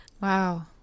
wow